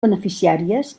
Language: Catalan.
beneficiàries